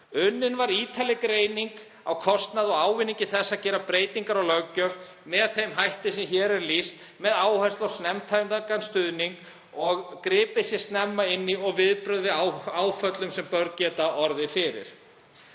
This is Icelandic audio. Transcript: Unnin var ítarleg greining á kostnaði og ávinningi þess að gera breytingar á löggjöf með þeim hætti sem hér er lýst með áherslu á snemmtækan stuðning og að gripið sé snemma inn í með viðbrögðum við áföllum sem börn geta orðið fyrir.